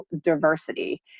diversity